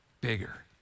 bigger